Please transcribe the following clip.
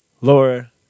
Laura